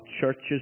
churches